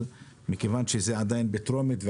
מכיוון שזה עדיין בטרומית,